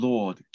Lord